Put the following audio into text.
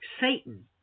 Satan